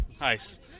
Nice